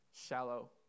shallow